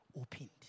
opened